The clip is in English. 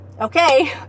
Okay